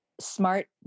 smart